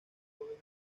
joven